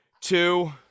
two